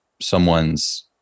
someone's